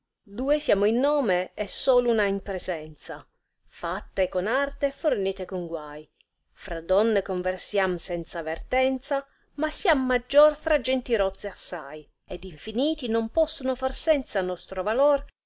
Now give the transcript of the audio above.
due siamo in nome e sol una in presenza fatte con arte e fornite con guai fra donne conversiam senza avertenza ma slam maggior fra genti rozze assai ed infiniti non posson far senza nostro valor